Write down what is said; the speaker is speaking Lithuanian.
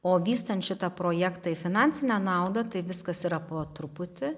o vystant šitą projektą į finansinę naudą tai viskas yra po truputį